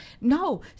No